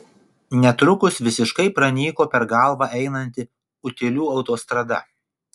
netrukus visiškai pranyko per galvą einanti utėlių autostrada